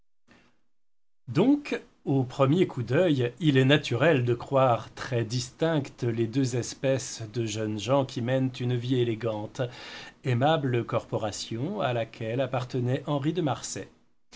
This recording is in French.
donc au premier coup d'œil il est naturel de croire très distinctes les deux espèces de jeunes gens qui mènent une vie élégante aimable corporation à laquelle appartenait henri de marsay